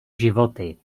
životy